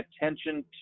attention